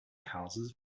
houses